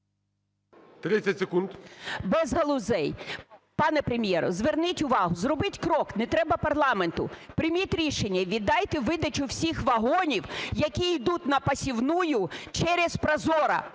О.В. …без галузей. Пане Прем'єр, зверніть увагу. Зробіть крок, не треба парламенту, прийміть рішення, віддайте видачу всіх вагонів, які йдуть на посівну, через ProZorro